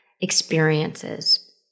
experiences